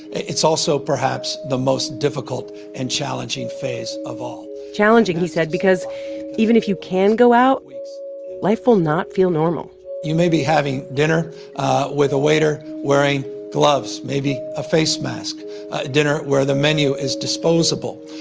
it's also, perhaps, the most difficult and challenging phase of all challenging, he said, because even if you can go out, life will not feel normal you may be having dinner with a waiter wearing gloves, maybe a face mask dinner where the menu is disposable,